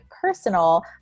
personal